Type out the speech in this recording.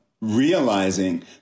realizing